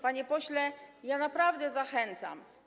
Panie pośle, ja naprawdę zachęcam.